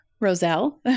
Roselle